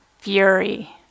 Fury